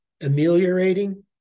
ameliorating